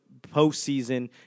postseason